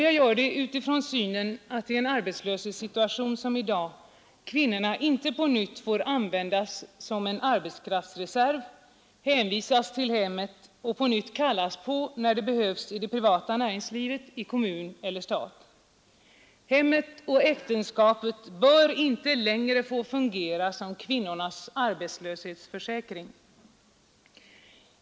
Jag gör det utifrån synen att i en arbetslöshetssituation som i dag kvinnorna inte på nytt får användas som en arbetskraftsreserv, hänvisas till hemmet och sedan åter kallas på, när de behövs i det privata näringslivet, i kommun eller stat. Hemmet och äktenskapet bör inte längre få fungera som kvinnornas arbetslöshetsförsäkring.